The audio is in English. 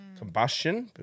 combustion